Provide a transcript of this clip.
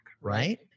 right